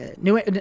New